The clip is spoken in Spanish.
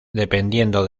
dependiendo